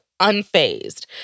unfazed